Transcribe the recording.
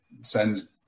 sends